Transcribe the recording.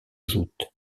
joutes